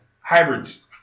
Hybrids